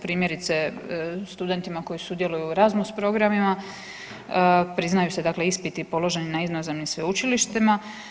Primjerice, studentima koji sudjeluju u Erasmus programima priznaju se dakle ispiti položeni na inozemnim sveučilištima.